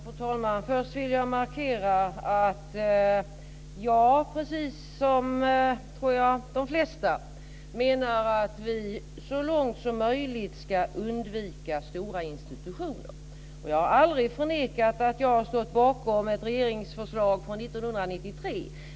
Fru talman! Först vill jag markera att jag, precis som de flesta, menar att vi så långt som möjligt ska undvika stora institutioner. Jag har aldrig förnekat att jag har stått bakom ett regeringsförslag från 1993.